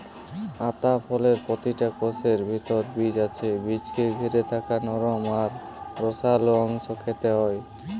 আতা ফলের প্রতিটা কোষের ভিতরে বীজ আছে বীজকে ঘিরে থাকা নরম আর রসালো অংশ খেতে হয়